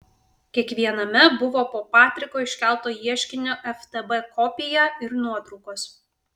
kiekviename buvo po patriko iškelto ieškinio ftb kopiją ir nuotraukos